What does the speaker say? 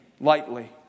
lightly